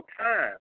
time